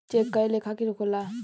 check कए लेखा के होला